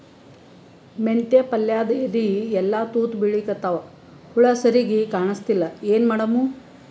ಮೆಂತೆ ಪಲ್ಯಾದ ಎಲಿ ಎಲ್ಲಾ ತೂತ ಬಿಳಿಕತ್ತಾವ, ಹುಳ ಸರಿಗ ಕಾಣಸ್ತಿಲ್ಲ, ಏನ ಮಾಡಮು?